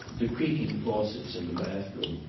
the creaking faucets in the bathroom,